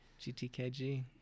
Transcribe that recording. gtkg